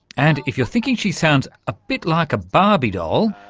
and if you're thinking she sounds a bit like a barbie doll,